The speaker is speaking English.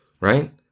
right